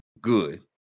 Good